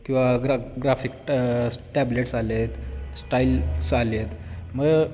किंवा ग्रा graphic tablets आले आहेत स्टाईल्स आले आहेत मग